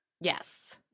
Yes